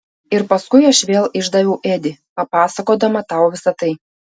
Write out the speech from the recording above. ir paskui aš vėl išdaviau edį papasakodama tau visa tai